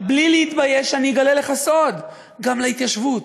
בלי להתבייש, אני אגלה לך סוד, גם להתיישבות.